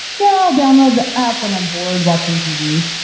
yeah, i'll download the app when i'm bored watching tv,